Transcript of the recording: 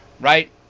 right